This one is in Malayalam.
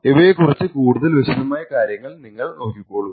ഇവയെ കുറിച്ച് കൂടുതൽ വിശദമായ കാര്യങ്ങൾ നിങ്ങൾ നോക്കിക്കോളൂ